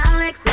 Alex